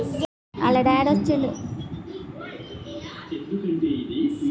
పసుపు మొక్క జొన్న పంటలను ఎలాంటి నేలలో వేస్తే ఎక్కువ దిగుమతి వస్తుంది?